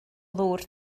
ddŵr